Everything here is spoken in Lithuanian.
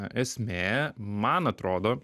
esmė man atrodo